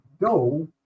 go